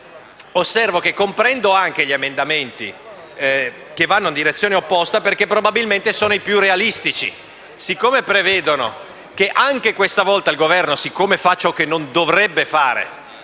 Peraltro, comprendo anche gli emendamenti che vanno in direzione opposta, probabilmente i più realistici, perché si prevede anche questa volta che il Governo, siccome fa ciò che non dovrebbe fare,